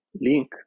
link